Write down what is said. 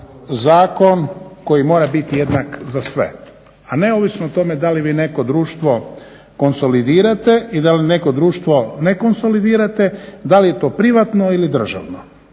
zakon koji mora biti jednak za sve, a neovisno o tome da bi neko društvo konsolidirati i da li neko društvo nekonsolidirate, da li je to privatno ili državno.